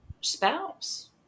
spouse